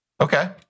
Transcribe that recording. Okay